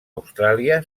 austràlia